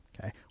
Okay